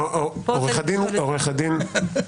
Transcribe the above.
יוליה.